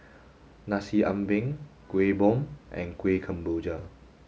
Nasi Ambeng Kuih Bom and Kuih Kemboja